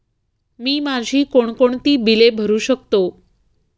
मी माझी कोणकोणती बिले भरू शकतो?